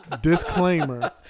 Disclaimer